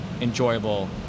enjoyable